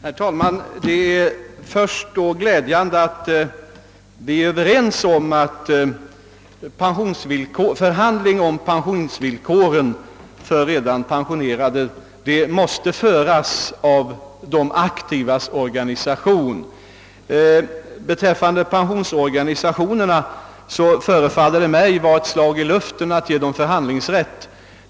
Herr talman! Låt mig först framhålla att det är glädjande att vi är överens om att förhandling om pensionsvillkoren för redan pensionerade arbetstagare måste föras av de aktivas organisationer. Jag vill dessutom understryka att det förefaller mig vara ett slag i luften att ge pensionärsorganisationerna förhandlingsrätt.